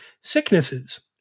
sicknesses